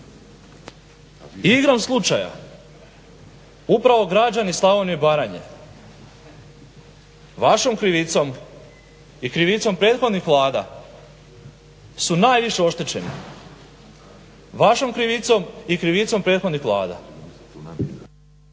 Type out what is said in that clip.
Igrom slučaja upravo građani Slavonije i Baranje vašom krivicom i krivicom prethodnih vlada su najviše oštećeni. Vašom krivicom i krivicom prethodnih Vlada.